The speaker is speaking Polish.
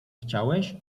chciałeś